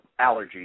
allergies